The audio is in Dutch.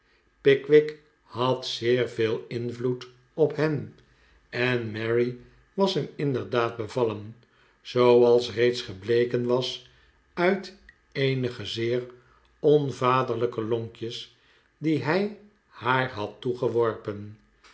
pickwick had zeer veel invloed op hem en mary was hem inderdaad bevallen zooals reeds gebleken was uit eenige zeer onvaderlijke lonkjes die hij haar had